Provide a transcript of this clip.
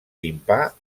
timpà